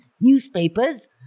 newspapers